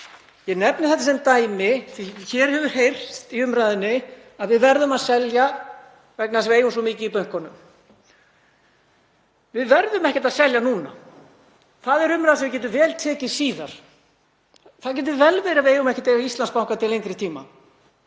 Ég nefni þetta sem dæmi því að heyrst hefur í umræðunni að við verðum að selja vegna þess að við eigum svo mikið í bönkunum. Við verðum ekkert að selja núna. Það er umræða sem við getum vel tekið síðar. Það getur vel verið að við eigum ekki að eiga Íslandsbanka til lengri tíma